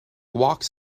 walks